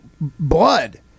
blood